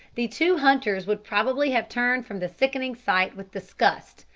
the two hunters would probably have turned from the sickening sight with disgust,